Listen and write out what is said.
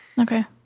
Okay